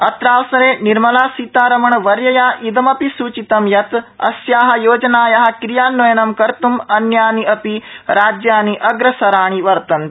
अत्रावसरे निर्मला सीतारमण वर्या इदमपि सूचितं यत् अस्या योजनाया क्रियान्वयनं कर्त् अन्यानि अपि राज्यानि अग्रसराणि वर्तते